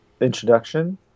introduction